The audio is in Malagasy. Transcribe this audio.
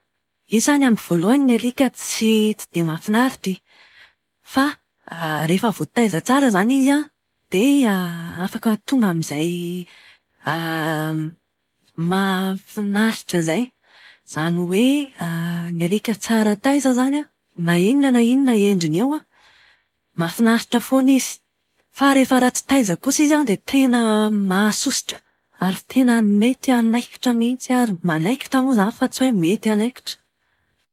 Io izany amin'ny voalohany ny alika tsy dia mahafinaritra e. Fa rehefa voataiza tsara izany izy an, dia afaka tonga amin'izay mahafinaritra izay. Izany hoe ny alika tsara taiza izany an, na inona na inona endriny eo, mahafinaritra foana izy. Fa rehefa ratsy taiza kosa izy an, dia tena mahasosostra. Ary tena mety hanaikitra mihitsy ary. Manaikitra moa izany fa tsy hoe mety hanaikitra.